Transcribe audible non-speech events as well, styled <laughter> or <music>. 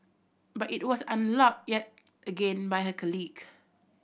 but it was unlocked yet again by her <unintelligible>